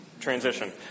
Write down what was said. Transition